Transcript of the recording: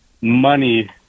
money